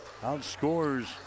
outscores